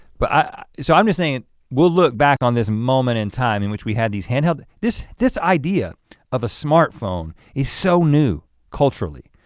but ah so i'm just thinking we'll look back on this moment in time in which we had these handheld, this this idea of a smartphone is so new culturally.